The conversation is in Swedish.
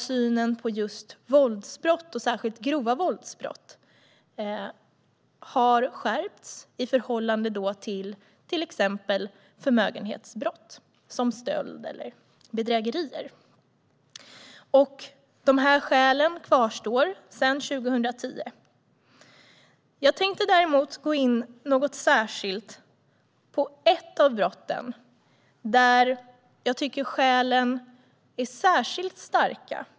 Synen på våldsbrott, särskilt grova våldsbrott, har skärpts i förhållande till exempelvis förmögenhetsbrott som stöld och bedrägerier. Skälen kvarstår sedan 2010. Jag tänker däremot gå in särskilt på ett av de brott där jag tycker att skälen är särskilt starka.